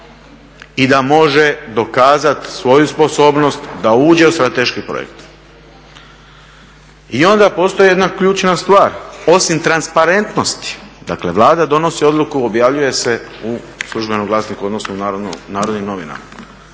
i da može dokazati svoju sposobnost da uđe u strateški projekt. I onda postoji jedna ključna stvar, osim transparentnosti, dakle Vlada donosi odluku i objavljuje se u službenom glasniku odnosno u Narodnim novinama.